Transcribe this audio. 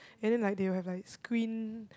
and then like they will have like screen